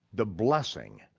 the blessing.